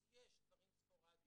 אז יש דברים ספורדיים,